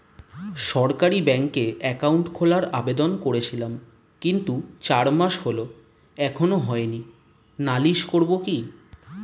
সরকারি ব্যাংকে একাউন্ট খোলার আবেদন করেছিলাম কিন্তু চার মাস হল এখনো হয়নি নালিশ করব কি?